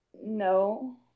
No